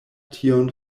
tion